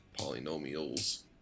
Polynomials